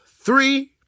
three